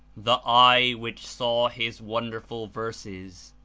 the eye which saw his wonderful verses,